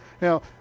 Now